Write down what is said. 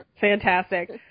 Fantastic